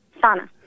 Sana